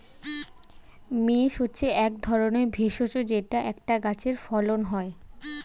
mace হচ্ছে এক ধরনের ভেষজ যেটা একটা গাছে ফলন হয়